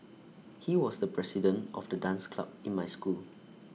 he was the president of the dance club in my school